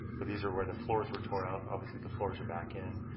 but these are where the floors were tore out. obviously, the floors are back in.